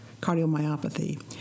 cardiomyopathy